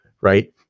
right